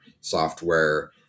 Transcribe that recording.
software